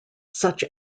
such